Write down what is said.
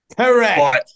Correct